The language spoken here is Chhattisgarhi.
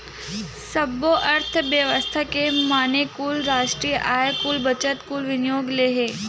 सब्बो अर्थबेवस्था के माने कुल रास्टीय आय, कुल बचत, कुल विनियोग ले हे